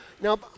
Now